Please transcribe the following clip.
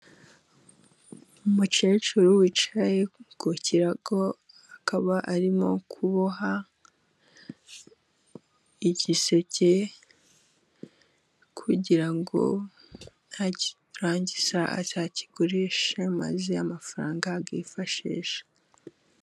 Umukecuru wicaye ku kirago akaba arimo kuboha igiseke kugira ngo nakirangiza azakigurishe, maze amafaranga ayifashishishe.